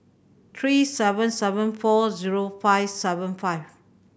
three seven seven four zero five seven five